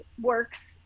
works